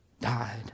died